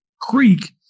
Creek